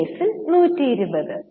ഈ കേസിൽ 120